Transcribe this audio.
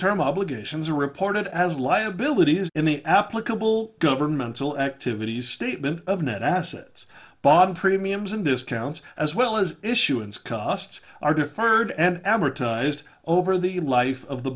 term obligations are reported as liabilities in the applicable governmental activities statement of net assets bob premiums and discounts as well as issuance costs are deferred and amortized over the life of the